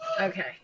Okay